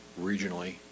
regionally